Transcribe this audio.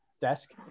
desk